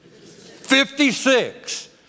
Fifty-six